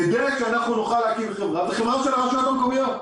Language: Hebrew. כדי שאנחנו נוכל להקים חברה זאת חברה של הרשויות המקומית,